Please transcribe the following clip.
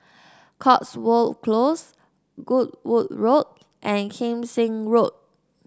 Cotswold Close Goodwood Road and Kim Seng Road